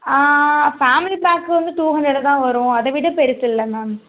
family pack வந்து two hundred தான் வரும் அதைவிட பெருசு இல்லை மேம்